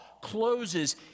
closes